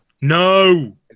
No